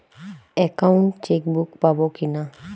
Account chequebook পাবো কি না?